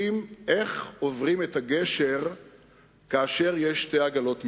על איך עוברים את הגשר כאשר יש שתי עגלות מלאות.